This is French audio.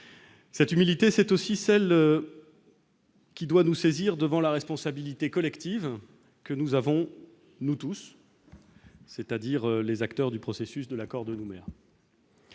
Cette humilité, c'est aussi celle qui doit nous saisir, devant la responsabilité collective que nous avons, nous tous, c'est-à-dire les acteurs du processus de l'accord de Nouméa.